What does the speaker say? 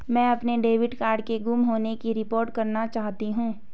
मैं अपने debit card के गुम होने की रिपोर्ट करना चाहती हूँ